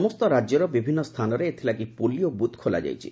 ସମସ୍ତ ରାକ୍ୟର ବିଭିନ୍ନ ସ୍ଥାନରେ ଏଥିଲାଗି ପୋଲିଓ ବୁଥ୍ ଖୋଲାଯାଇଛି